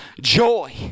joy